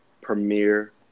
premiere